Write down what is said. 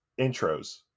intros